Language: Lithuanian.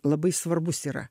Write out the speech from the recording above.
labai svarbus yra